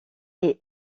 est